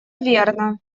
верно